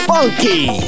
Funky